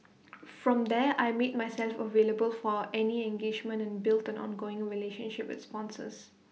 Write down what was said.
from there I made myself available for any engagements and built an ongoing relationship with sponsors